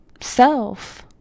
self